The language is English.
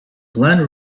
glenn